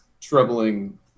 troubling